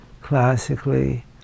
classically